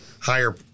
higher